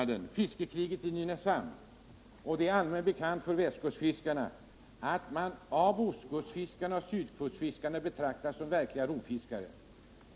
Den har rubriken bekant bland västkustfiskarna att de av ostkustfiskarna och sydkustfiskarna Onsdagen den betraktas som verkliga rovfiskare.